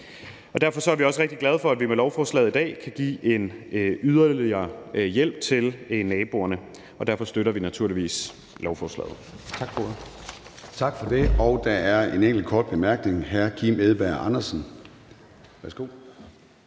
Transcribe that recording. Derfor er vi også rigtig glade for, at vi med lovforslaget i dag kan give en yderligere hjælp til naboerne, og vi støtter naturligvis lovforslaget.